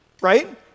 right